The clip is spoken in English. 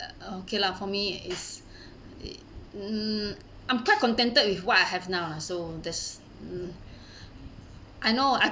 okay lah for me is it mm I'm quite contented with what I have now lah so there's mm I know I